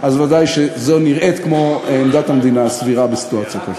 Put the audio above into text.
אז ודאי שזו נראית כמו עמדת המדינה הסבירה בסיטואציה כזאת.